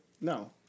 No